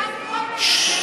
יוצאי אתיופיה.